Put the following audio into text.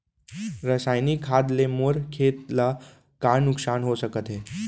रसायनिक खाद ले मोर खेत ला का नुकसान हो सकत हे?